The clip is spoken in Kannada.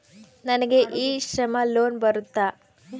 ನನಗೆ ಇ ಶ್ರಮ್ ಲೋನ್ ಬರುತ್ತಾ?